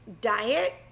diet